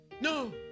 No